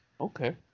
Okay